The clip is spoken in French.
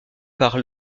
par